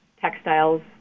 textiles